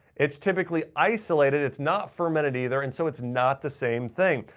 it's typically isolated, it's not fermented either and so it's not the same thing.